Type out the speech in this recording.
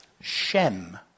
Shem